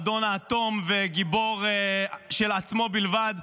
אדון האטום וגיבור של עצמו בלבד,